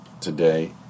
today